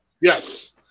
Yes